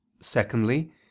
secondly